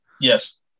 yes